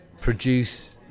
produce